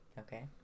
okay